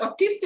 autistic